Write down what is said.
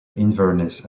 inverness